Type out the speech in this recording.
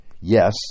Yes